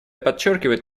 подчеркивает